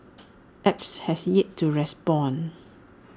apps has yet to respond